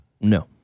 No